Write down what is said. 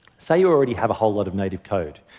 say you already have a whole lot of native code,